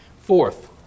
Fourth